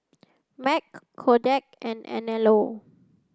Mac Kodak and Anello